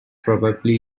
probably